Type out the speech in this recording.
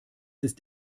ist